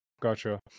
gotcha